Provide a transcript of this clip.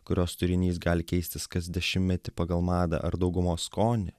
kurios turinys gali keistis kas dešimtmetį pagal madą ar daugumos skonį